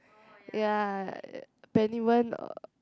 ya Peniwern